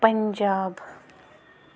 Punjab